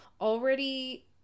already